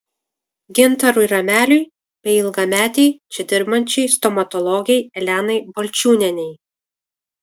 gintarui rameliui bei ilgametei čia dirbančiai stomatologei elenai balčiūnienei